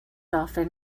often